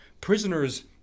Prisoners